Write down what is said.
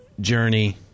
journey